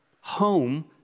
home